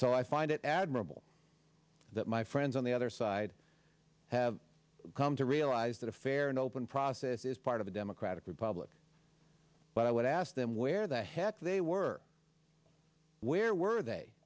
so i find it admirable that my friends on the other side have come to realize that a fair and open process is part of a democratic republic but i would ask them where the heck they were where were they